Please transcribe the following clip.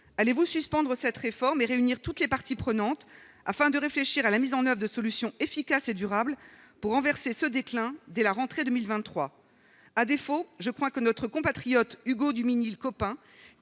allez-vous suspendre cette réforme et réunir toutes les parties prenantes afin de réfléchir à la mise en oeuvre de solutions efficaces et durables pour renverser ce déclin dès la rentrée 2023, à défaut, je crois que notre compatriote Hugo Duminil Copin